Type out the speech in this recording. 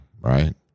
right